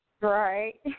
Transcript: right